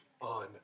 on